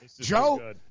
Joe